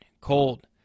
cold